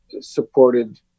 supported